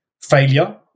failure